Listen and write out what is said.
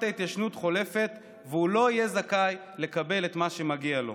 ההתיישנות חולפת והוא לא יהיה זכאי לקבל את מה שמגיע לו.